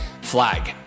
Flag